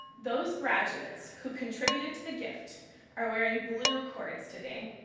those graduates who contributed to the gift are wearing blue cords today.